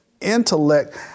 intellect